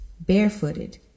Barefooted